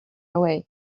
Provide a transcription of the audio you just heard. away